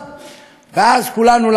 ואז כולנו נקום להתמודד.